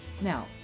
Now